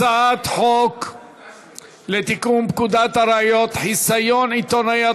הצעת החוק לתיקון פקודת הראיות (חיסיון עיתונאי),